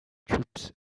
troops